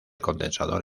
condensador